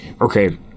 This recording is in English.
okay